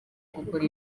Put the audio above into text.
gukora